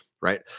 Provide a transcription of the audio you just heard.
right